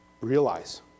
realize